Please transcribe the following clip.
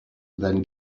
then